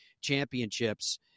championships